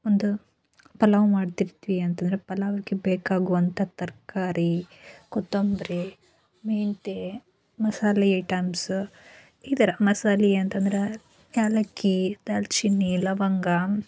ಒಂದು ಪಲಾವ್ ಮಾಡ್ತಿರ್ತೀವಿ ಅಂತಂದ್ರೆ ಪಲಾವಿಗೆ ಬೇಕಾಗುವಂತಹ ತರಕಾರಿ ಕೊತ್ತಂಬರಿ ಮೆಂತ್ಯೆ ಮಸಾಲೆ ಐಟಮ್ಸ್ ಈ ಥರ ಮಸಾಲೆಯಂತಂದ್ರೆ ಏಲಕ್ಕಿ ದಾಲ್ಚಿನಿ ಲವಂಗ